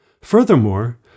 Furthermore